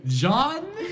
John